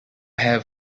have